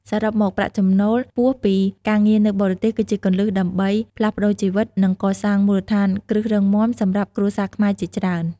សរុបមក ប្រាក់ចំណូលខ្ពស់ពីការងារនៅបរទេស គឺជាគន្លឹះដើម្បីផ្លាស់ប្តូរជីវិត និងកសាងមូលដ្ឋានគ្រឹះរឹងមាំសម្រាប់គ្រួសារខ្មែរជាច្រើន។